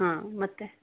ಹಾಂ ಮತ್ತು